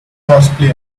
horseplay